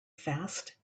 fast